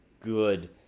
good